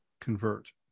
convert